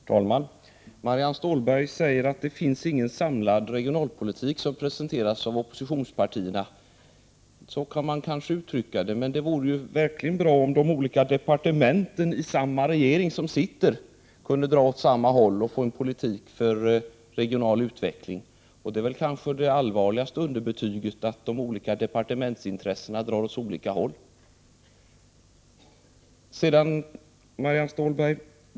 Herr talman! Marianne Stålberg säger att det inte finns någon samlad regionalpolitik presenterad av oppositionspartierna. Så kan man kanske uttrycka det, men det vore ju bra om de olika departementen i samma regering kunde dra åt samma håll och föra en politik för regional utveckling. Det allvarligaste underbetyget är väl att de olika departementsintressena drar åt olika håll.